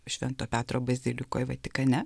švento petro bazilikoj vatikane